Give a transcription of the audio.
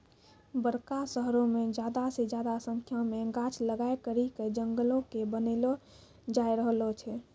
बड़का शहरो मे ज्यादा से ज्यादा संख्या मे गाछ लगाय करि के जंगलो के बनैलो जाय रहलो छै